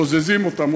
בוזזים אותן,